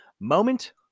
moment